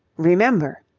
remember.